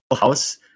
house